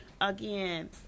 again